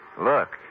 Look